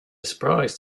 surprise